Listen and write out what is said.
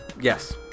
Yes